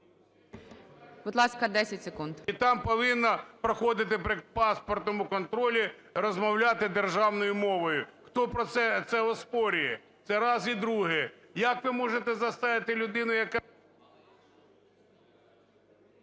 Будь ласка, 10 секунд